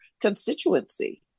constituency